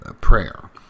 prayer